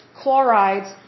chlorides